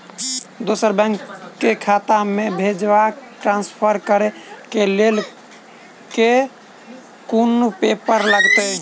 दोसर बैंक केँ खाता मे भेजय वा ट्रान्सफर करै केँ लेल केँ कुन पेपर लागतै?